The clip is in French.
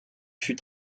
fut